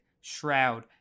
Shroud